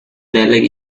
dalek